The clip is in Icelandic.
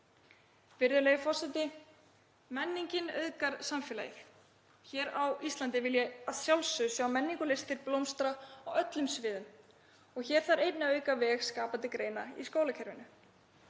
Virðulegi forseti. Menningin auðgar samfélagið. Hér á Íslandi vil ég að sjálfsögðu sjá menningu og listir blómstra á öllum sviðum og hér þarf einnig að auka veg skapandi greina í skólakerfinu.